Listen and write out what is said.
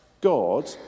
God